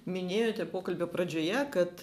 minėjote pokalbio pradžioje kad